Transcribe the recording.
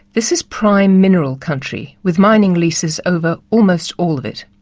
this is prime mineral country, with mining leases over almost all of it.